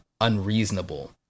unreasonable